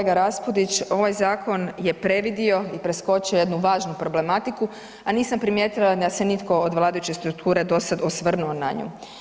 Kolega Raspudić, ovaj zakon je previdio i preskočio jednu važnu problematiku a nisam primijetila da se nitko od vladajuće strukture do sad osvrnuo na nju.